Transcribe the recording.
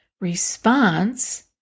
response